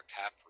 cap